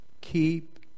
Keep